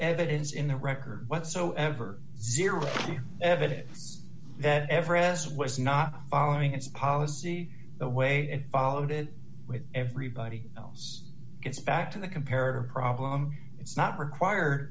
evidence in the record whatsoever zero evidence that ever has was not following its policy the way followed it with everybody else gets back to the comparative problem it's not required